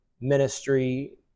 ministry